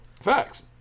facts